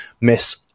miss